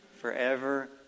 Forever